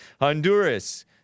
Honduras